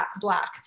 black